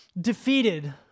defeated